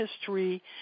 history